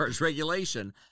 regulation